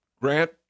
Grant